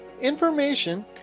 information